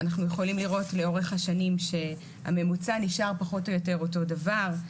אנחנו יכולים לראות לאורך השנים שהממוצע נשאר פחות או יותר אותו דבר,